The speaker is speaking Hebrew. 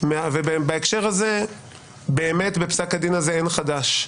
ובהקשר הזה באמת בפסק הדין הזה אין חדש.